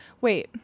wait